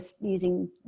using